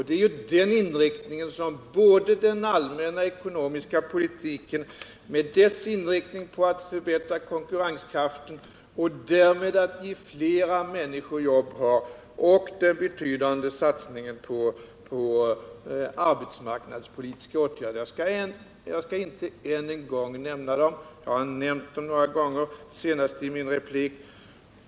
Det är bakgrunden till både den allmänna ekonomiska politiken, med dess inriktning på att förbättra konkurrenskraften och därmed ge flera människor jobb, och den betydande satsningen på arbetsmarknadspolitiska åtgärder. Jag skall inte nämna dem än en gång — jag har gjort det några gånger, senast i min förra replik.